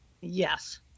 Yes